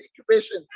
occupation